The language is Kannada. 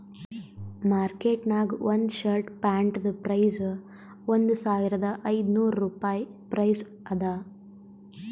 ಮಾರ್ಕೆಟ್ ನಾಗ್ ಒಂದ್ ಶರ್ಟ್ ಪ್ಯಾಂಟ್ದು ಪ್ರೈಸ್ ಒಂದ್ ಸಾವಿರದ ಐದ ನೋರ್ ರುಪಾಯಿ ಪ್ರೈಸ್ ಅದಾ